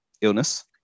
illness